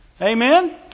Amen